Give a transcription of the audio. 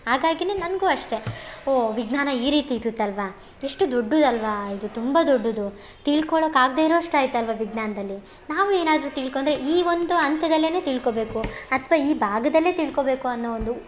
ಹಾಗಾಗಿನೆ ನನಗು ಅಷ್ಟೆ ಓ ವಿಜ್ಞಾನ ಈ ರೀತಿ ಇರುತ್ತಲ್ವ ಎಷ್ಟು ದೊಡ್ಡದಲ್ವಾ ಇದು ತುಂಬ ದೊಡ್ಡದು ತಿಳ್ಕೊಳಕ್ಕೆ ಆಗದೆ ಇರೋವಷ್ಟು ಆಯ್ತಲ್ವ ವಿಜ್ಞಾನದಲ್ಲಿ ನಾವು ಏನಾದರು ತಿಳ್ಕೊಂಡ್ರೆ ಈ ಒಂದು ಹಂತದಲ್ಲೇನೆ ತಿಳ್ಕೊಬೇಕು ಅಥವಾ ಈ ಭಾಗದಲ್ಲೆ ತಿಳ್ಕೊಬೇಕು ಅನ್ನೋ ಒಂದು